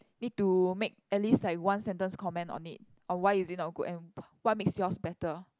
need to make at least like one sentence comment on it or why is it not good and what makes yours better